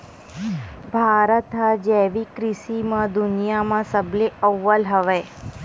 भारत हा जैविक कृषि मा दुनिया मा सबले अव्वल हवे